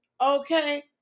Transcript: Okay